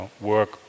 work